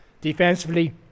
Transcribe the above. defensively